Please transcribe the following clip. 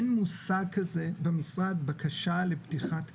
אין מושג כזה במשרד בקשה לפתיחת כיתה.